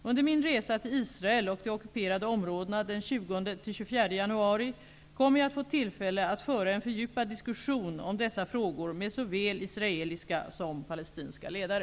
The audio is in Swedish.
Under min resa till Israel och de ockuperade områdena den 20--24 januari kommer jag att få tillfälle att föra en fördjupad diskussion om dessa frågor med såväl israeliska som palestinska ledare.